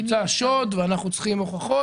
הוא ביצע שוד ואנחנו צריכים הוכחות.